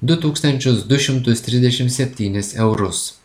du tūkstančius du šimtus trisdešim septynis eurus